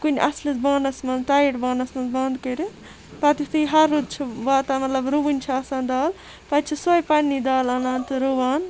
کُنہِ اَصلِس بانَس مَنٛز ٹایِٹ بانَس مَنٛز بَنٛد کٔرِتھ پَتہٕ یُتھے ہَرُد چھُ واتان مَطلَب رُوٕنۍ چھِ آسان دال پَتہٕ چھِ سۄے پَننی دال اَنان تہٕ رُوان